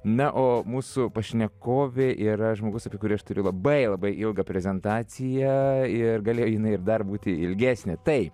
na o mūsų pašnekovė yra žmogus apie kurį aš turiu labai labai ilgą prezentaciją ir galėjo jinai ir dar būti ilgesnė tai